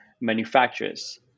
manufacturers